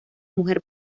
mujer